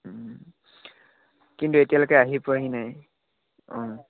কিন্তু এতিয়ালৈকে আহি পোৱাহি নাই অঁ